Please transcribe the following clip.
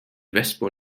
wespe